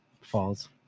falls